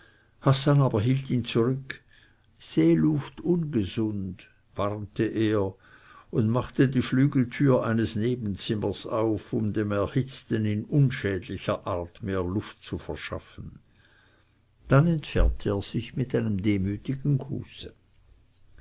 aber hielt ihn zurück seeluft ungesund warnte er und machte die flügeltüre eines nebenzimmers auf um dem erhitzten in unschädlicher art mehr luft zu verschaffen dann entfernte er sich mit einem demütigen gruße